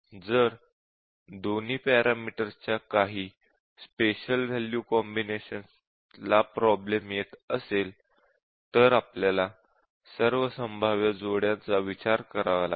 जर दोन्ही पॅरामीटर्सच्या काही स्पेशल वॅल्यू कॉम्बिनेशन ला प्रॉब्लेम येत असेल तर आपल्याला सर्व संभाव्य जोड्यांचा विचार करावा लागेल